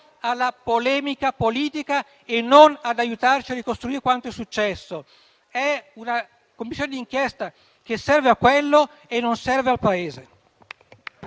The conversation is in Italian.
alla polemica politica e non ad aiutarci a ricostruire quanto è successo. È una Commissione d'inchiesta che serve a quello scopo e non al Paese.